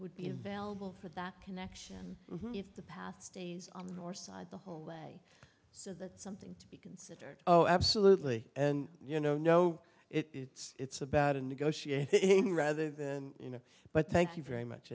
would be invaluable for that connection if the path stays on the north side the whole way so that's something to be considered oh absolutely and you know no it's about a negotiating rather than you know but thank you very much